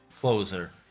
closer